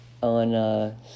on